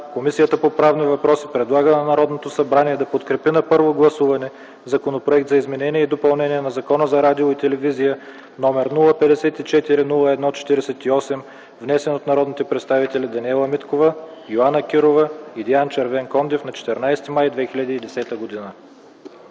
Комисията по правни въпроси предлага на Народното събрание да подкрепи на първо гласуване Законопроект за изменение и допълнение на Закона за радиото и телевизията, № 054-01-48, внесен от народните представители Даниела Миткова, Йоана Кирова и Диан Червенкондев на 14 май 2010 г.